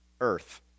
earth